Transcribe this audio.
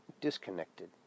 disconnected